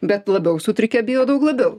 bet labiau sutrikę bijo daug labiau